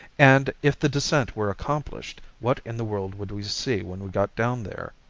and, if the descent were accomplished, what in the world would we see when we got down there?